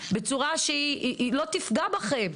בצורה שהיא לא תפגע בכם.